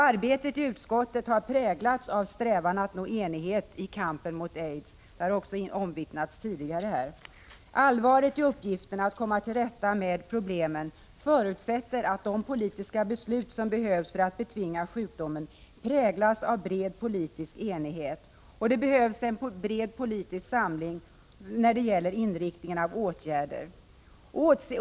Arbetet i utskottet har präglats av strävan att nå enighet i kampen mot aids. Detta har också omvittnats tidigare här i kammaren. Allvaret i uppgiften att komma till rätta med problemen förutsätter att de politiska beslut som behövs för att betvinga sjukdomen präglas av en bred politisk enighet. Vidare behövs det en bred politisk samling när det gäller inriktningen av åtgärderna.